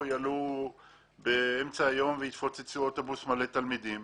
שלא יעלו באמצע היום ויפוצצו אוטובוס מלא תלמידים.